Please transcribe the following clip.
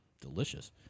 delicious